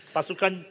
Pasukan